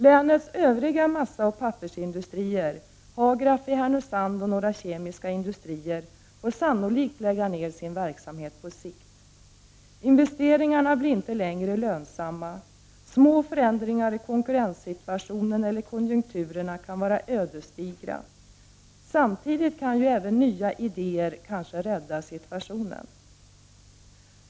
Länets övriga massaoch pappersindustrier, Hagraf i Härnösand och några kemiska industrier, får sannolikt lägga ned sin verksamhet på sikt. Investeringarna blir inte längre lönsamma. Små förändringar i konkurrenssituationen eller konjunkturerna kan vara ödesdigra. Samtidigt kan ju nya idéer kanske rädda situationen.